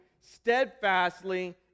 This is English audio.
steadfastly